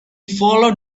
followed